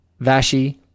Vashi